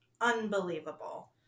unbelievable